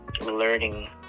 learning